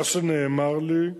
מה שנאמר לי,